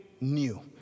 new